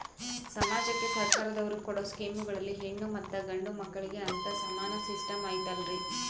ಸಮಾಜಕ್ಕೆ ಸರ್ಕಾರದವರು ಕೊಡೊ ಸ್ಕೇಮುಗಳಲ್ಲಿ ಹೆಣ್ಣು ಮತ್ತಾ ಗಂಡು ಮಕ್ಕಳಿಗೆ ಅಂತಾ ಸಮಾನ ಸಿಸ್ಟಮ್ ಐತಲ್ರಿ?